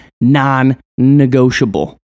non-negotiable